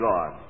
God